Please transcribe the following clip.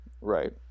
Right